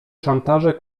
szantaże